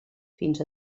fins